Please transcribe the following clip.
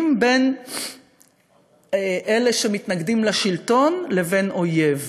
בין אלה שמתנגדים לשלטון לבין אויב: